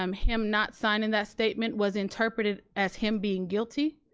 um him not signing that statement was interpreted as him being guilty